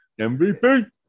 MVP